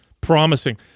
promising